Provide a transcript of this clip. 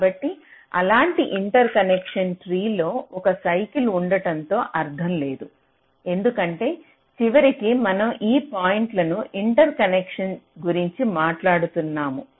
కాబట్టి అలాంటి interconnection tree లో ఒక సైకిల్ ఉండటంతో అర్థం లేదు ఎందుకంటే చివరికి మనం ఈ పాయింట్ల ఇంటర్కనెక్షన్ గురించి మాట్లాడు తున్నాము